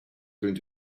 going